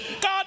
God